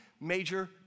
major